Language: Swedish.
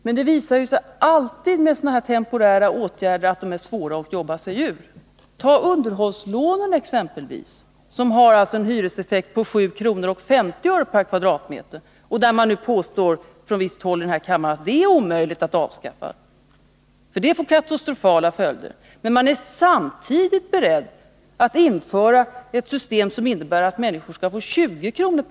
Men det visar sig alltid att sådana temporära åtgärder är svåra att jobba sig ur. Ta exempelvis underhållslånen! De har en hyreseffekt på 7:50 kr. per kvadratmeter. Från visst håll här i kammaren påstår man att det är omöjligt att avskaffa dem, för det får katastrofala följder. Men man är samtidigt beredd att införa ett system som innebär att människor skall få 20 kr.